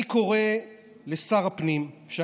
אני קורא לשר הפנים אריה דרעי,